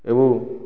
ଏବଂ